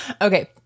okay